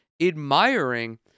admiring